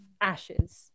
ashes